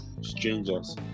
strangers